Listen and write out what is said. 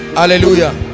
hallelujah